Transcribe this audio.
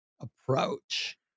approach